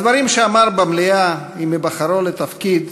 הדברים שאמר במליאה עם היבחרו לתפקיד